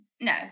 No